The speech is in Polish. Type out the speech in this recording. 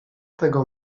tego